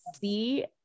see